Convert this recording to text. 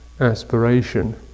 aspiration